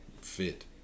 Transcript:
fit